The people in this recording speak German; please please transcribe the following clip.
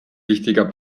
wichtiger